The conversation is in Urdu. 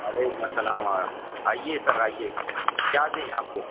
وعلیکم السلام آیا آئیے سر آئیے کیا دیں آپ کو